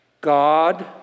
God